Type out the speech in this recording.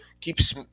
keeps